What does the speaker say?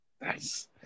Nice